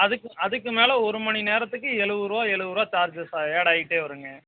அதுக்கு அதுக்கு மேலே ஒரு மணி நேரத்துக்கு எழுபது ரூவா எழுபது ரூவா சார்ஜஸ் ஆட் ஆயிட்டே வருங்க